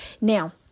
Now